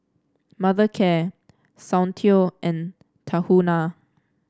Mothercare Soundteoh and Tahuna